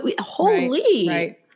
Holy